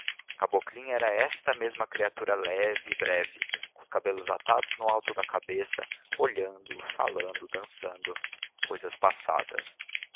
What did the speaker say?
a caboclinha era esta mesma criatura leve e breve com os cabelos atados no alto da cabeça olhando falando dançando cousas passadas